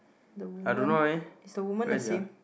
the woman is the woman the same